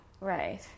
right